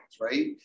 right